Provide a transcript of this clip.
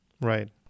right